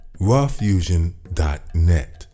Rawfusion.net